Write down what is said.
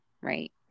right